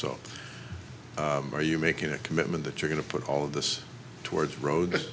so are you making a commitment that you're going to put all of this towards road